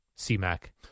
C-Mac